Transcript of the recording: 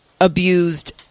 abused